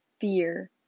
fear